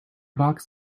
box